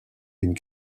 une